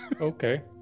Okay